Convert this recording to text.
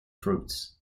fruits